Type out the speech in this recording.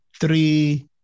three